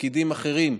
בתפקידים אחרים,